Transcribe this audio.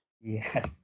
Yes